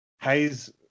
Hayes